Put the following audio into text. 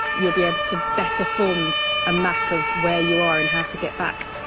you'll be able to better form a map of where you are and how to get back.